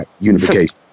Unification